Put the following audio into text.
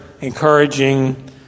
encouraging